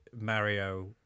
mario